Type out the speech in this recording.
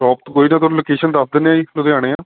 shop ਤਾਂ ਕੋਈ ਨਾ ਤੁਹਾਨੂੰ ਲੋਕੇਸ਼ਨ ਦੱਸ ਦਿੰਦੇ ਹਾਂ ਲੁਧਿਆਣੇ ਆ